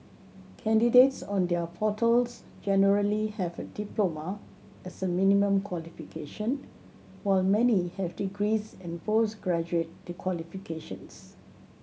candidates on their portals generally have a diploma as a minimum qualification while many have degrees and post graduate qualifications